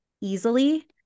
easily